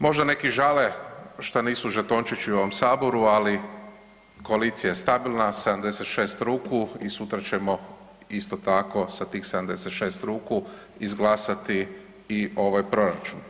Možda neki žale šta nisu žetončići u ovom saboru ali koalicija je stabilna 76 ruku i sutra ćemo isto tako sa tih 76 ruku izglasati i ovaj proračun.